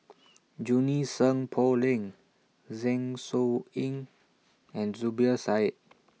Junie Sng Poh Leng Zeng Shouyin and Zubir Said